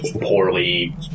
poorly